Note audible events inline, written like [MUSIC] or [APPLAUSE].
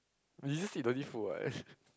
you just said you don't need food [what] [LAUGHS]